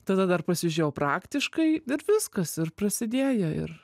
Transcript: tada dar pasižiūrėjau praktiškai ir viskas ir prasidėjo ir